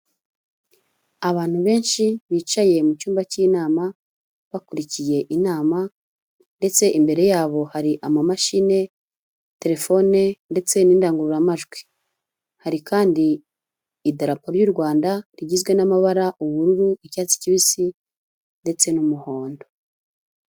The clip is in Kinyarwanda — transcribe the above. Abantu benshi bicaye mu cyumba cy'inama, bakurikiye inama ndetse imbere yabo hari amamashini, telefone ndetse n'indangururamajwi, hari kandi idarapo ry'u Rwanda rigizwe n'amabara ubururu, icyatsi kibisi ndetse n'umuhondo.